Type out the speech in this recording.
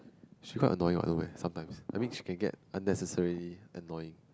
she quite annoying what no meh sometimes I mean she can get unnecessarily annoying